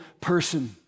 person